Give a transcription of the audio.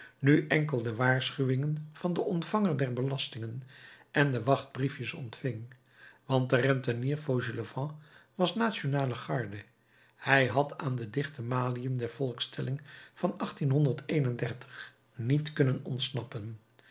nu enkel de waarschuwingen van den ontvanger der belastingen en de wachtbriefjes ontving want de rentenier fauchelevent was nationale garde hij had aan de dichte maliën der volkstelling van niet kunnen ontsnappen